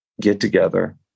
get-together